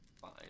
fine